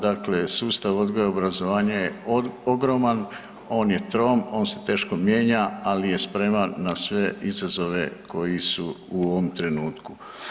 Dakle, sustav odgoja i obrazovanja je ogroman, on je trom, on se teško mijenja, ali je spreman na sve izazove koji su u ovom trenutku.